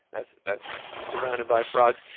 that's that's nice. surrounded by frogs.